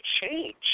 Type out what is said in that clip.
change